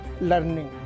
learning